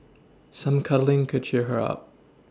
some cuddling could cheer her up